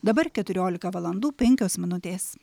dabar keturiolika valandų penkios minutės